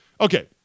Okay